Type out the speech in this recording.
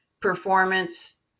Performance